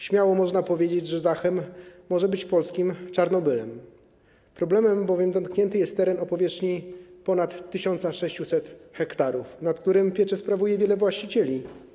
Śmiało można powiedzieć, że Zachem może być polskim Czarnobylem, gdyż problemem dotknięty jest teren o powierzchni ponad 1600 ha, nad którym pieczę sprawuje wielu właścicieli.